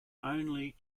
only